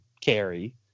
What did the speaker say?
carry